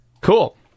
Cool